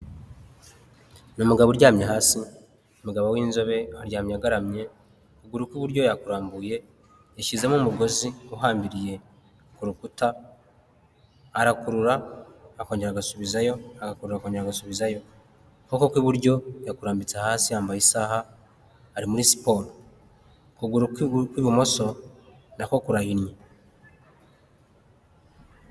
Ni umugabo uryamye hasi, umugabo w'inzobe aryamye agaramye ukuguru kw'iburyo yakurambuye yashyizemo umugozi uhambiriye ku rukuta arakurura akongera agasubizayo, agaku akanya agasubizayoboko kw'iburyo yakurambitse hasi yambaye isaha ari muri siporo, ukuguru kw'iburyo kw'ibumoso naKo kuahrinnye.